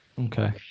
Okay